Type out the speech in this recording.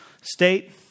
state